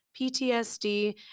PTSD